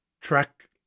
track